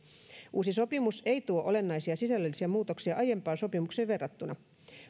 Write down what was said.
uusi sopimus ei tuo olennaisia sisällöllisiä muutoksia aiempaan sopimukseen verrattuna